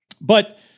But-